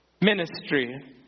ministry